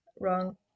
Wrong